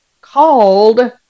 called